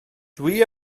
dwi